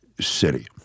city